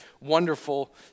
wonderful